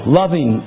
loving